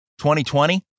2020